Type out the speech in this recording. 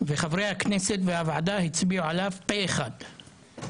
וחברי הכנסת והוועדה הצביעו עליו פה אחד.